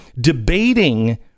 debating